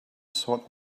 sort